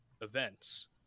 events